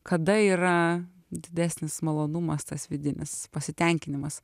kada yra didesnis malonumas tas vidinis pasitenkinimas